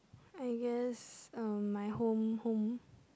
I guess uh my home home